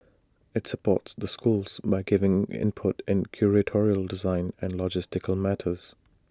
IT supports the schools by giving input in curatorial design and logistical matters